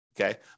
Okay